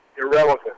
irrelevant